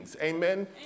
Amen